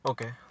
Okay